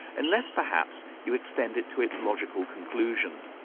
unless perhaps you extend it to its logical conclusion.